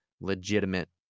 legitimate